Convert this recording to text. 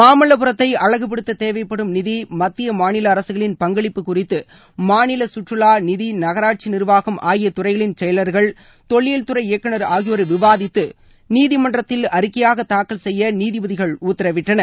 மாமல்லபுரத்தை அழகுபடுத்த தேவைப்படும் நிதி மத்திய மாநில அரசுகளின் பங்களிப்பு குறித்து மாநில சுற்றுலா நிதி நகராட்சி நிர்வாகம் ஆகிய துறைகளின் செயலர்கள் தொல்லியல் துறை இயக்குநர் ஆகியோர் விவாதித்து நீதிமன்றத்தில் அறிக்கைபாக தாக்கல் செய்ய நீதிபதிகள் உத்தரவிட்டனர்